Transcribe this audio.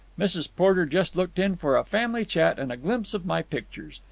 mrs. porter just looked in for a family chat and a glimpse of my pictures.